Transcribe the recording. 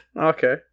Okay